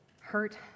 hurt